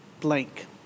blank